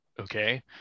okay